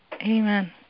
amen